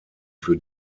für